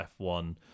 F1